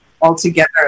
altogether